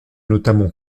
notamment